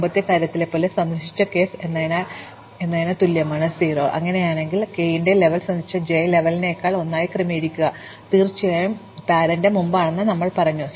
മുമ്പത്തെ കാര്യത്തിലെന്നപോലെ സന്ദർശിച്ച k എന്നതിന് തുല്യമാണ് 0 അങ്ങനെയാണെങ്കിൽ ഞങ്ങൾക്ക് k ന്റെ ലെവൽ സന്ദർശിച്ച j ലെവലിനേക്കാൾ ഒന്നായി ക്രമീകരിക്കുക തീർച്ചയായും രക്ഷകർത്താവ് മുമ്പാണെന്ന് ഞങ്ങൾ പറഞ്ഞു